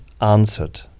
answered